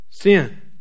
sin